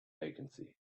vacancy